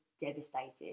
devastated